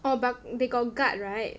oh but they got guard right